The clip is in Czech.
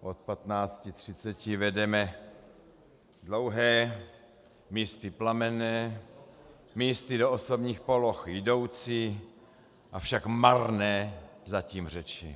od 15.30 vedeme dlouhé, místy plamenné, místy do osobních poloh jdoucí, avšak marné zatím řeči.